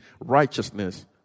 righteousness